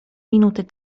minuty